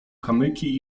kamyki